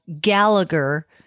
Gallagher